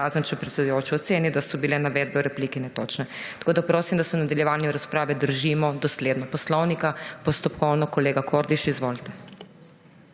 oceni, da so bile navedbe v repliki netočne.« Tako da prosim, da se v nadaljevanju razprave držimo dosledno poslovnika. Postopkovno, kolega Kordiš. Izvolite.